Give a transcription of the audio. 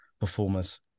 performers